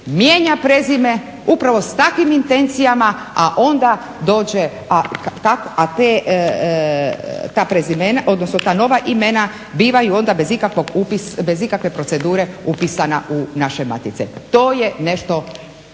mijenja prezime upravo s takvim intencijama, a onda dođe, ta nova imena bivaju onda bez ikakve procedure upisana u naše matice. To je nešto